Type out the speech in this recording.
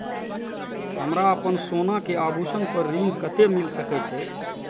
हमरा अपन सोना के आभूषण पर ऋण कते मिल सके छे?